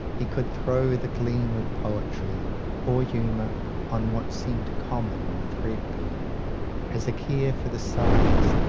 he could throw the gleam of poetry or humour on what seemed common or threadbare has a care for the sighs,